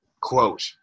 quote